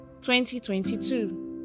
2022